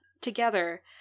together